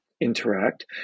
interact